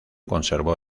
conservó